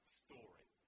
story